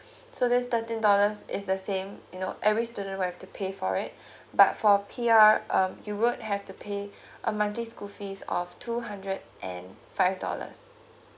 so this thirteen dollars is the same you know every student will have to pay for it but for P_R um you would have to pay a monthly school fees of two hundred and five dollars